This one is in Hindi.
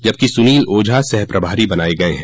जबकि सुनील ओझा सहप्रभारी बनाये गये हैं